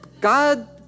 God